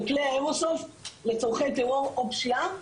כלי האיירסופט לצורכי טרור או פשיעה,